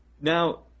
Now